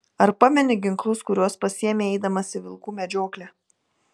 ar pameni ginklus kuriuos pasiėmei eidamas į vilkų medžioklę